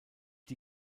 die